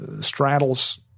straddles